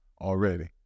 already